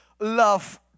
love